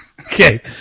Okay